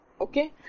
Okay